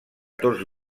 tots